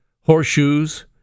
horseshoes